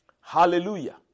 Hallelujah